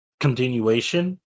continuation